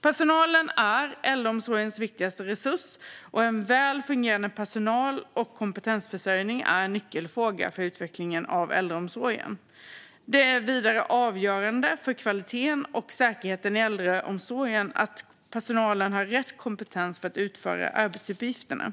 Personalen är äldreomsorgens viktigaste resurs, och en väl fungerande personal och kompetensförsörjning är en nyckelfråga för utvecklingen av äldreomsorgen. Det är vidare avgörande för kvaliteten och säkerheten i äldreomsorgen att personalen har rätt kompetens för att utföra arbetsuppgifterna.